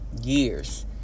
years